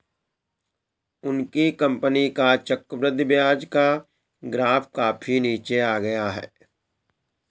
उनकी कंपनी का चक्रवृद्धि ब्याज का ग्राफ काफी नीचे आ गया है